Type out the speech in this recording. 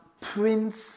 prince